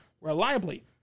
reliably